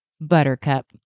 Buttercup